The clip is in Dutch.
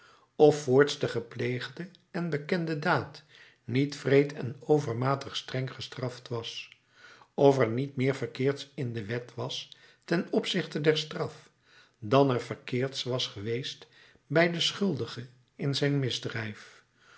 of voorts de gepleegde en bekende daad niet wreed en overmatig streng gestraft was of er niet meer verkeerds in de wet was ten opzichte der straf dan er verkeerds was geweest bij den schuldige in zijn misdrijf